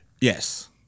Yes